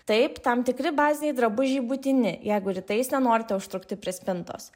taip tam tikri baziniai drabužiai būtini jeigu rytais nenorite užtrukti prie spintos